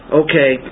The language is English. okay